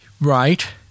Right